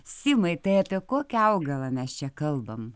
simai tai apie kokį augalą mes čia kalbam